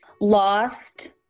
lost